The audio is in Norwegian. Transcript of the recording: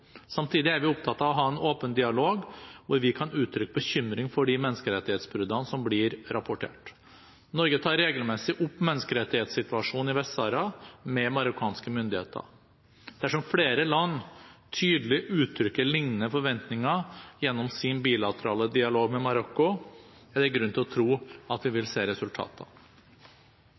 Samtidig er vi opptatt av å ha en åpen dialog hvor vi kan uttrykke bekymring for de menneskerettighetsbruddene som blir rapportert. Norge tar regelmessig opp menneskerettighetssituasjonen i Vest-Sahara med marokkanske myndigheter. Dersom flere land tydelig uttrykker lignende forventninger gjennom sin bilaterale dialog med Marokko, er det grunn til å tro at vi vil se resultater.